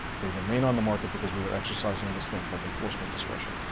they remain on the market because we are exercising this thing called enforcement discretion.